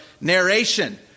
narration